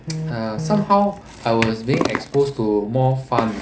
uh somehow I was being exposed to more fun